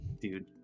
Dude